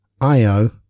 io